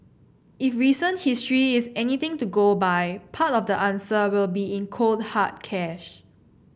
if recent history is anything to go by part of the answer will be in cold hard cash